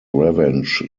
revenge